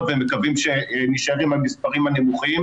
ומקווים שנישאר עם המספרים הנמוכים.